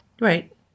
Right